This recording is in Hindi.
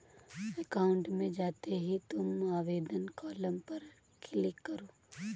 अकाउंट में जाते ही तुम आवेदन कॉलम पर क्लिक करो